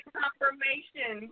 confirmation